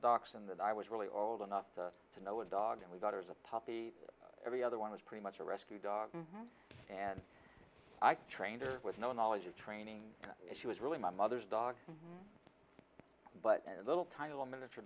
in that i was really old enough to know a dog and we got her as a puppy every other one was pretty much a rescue dog and i trained her with no knowledge of training and she was really my mother's dog but little tiny little miniature